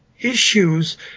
issues